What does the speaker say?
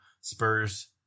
Spurs